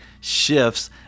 shifts